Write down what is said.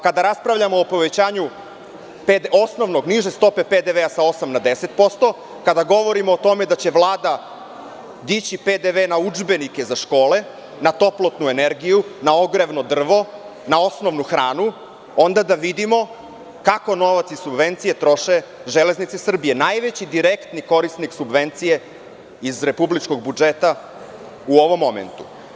Kada raspravljamo o povećanju niže stope PDV sa 8 na 10%, kada govorimo o tome da će Vlada dići PDV na udžbenike za škole, na toplotnu energiju, na ogrevno drvo, na osnovnu hranu, onda da vidimo kako novac iz subvencije troše „Železnice Srbije“, najveći direktni korisnik subvencije iz republičkog budžeta u ovom momentu.